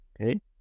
Okay